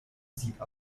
sieb